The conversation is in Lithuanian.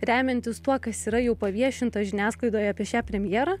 remiantis tuo kas yra jau paviešinta žiniasklaidoje apie šią premjerą